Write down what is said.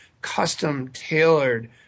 custom-tailored